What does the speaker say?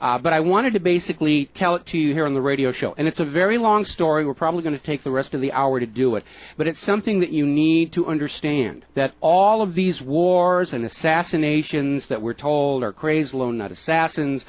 but i wanted to basically tell it to you here on the radio show and it's a very long story we're probably going to take the rest of the hour to do it but it's something that you need to understand that all of these wars and assassinations that we're told are crazy low not assassins